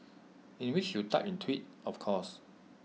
in which you typed in twit of course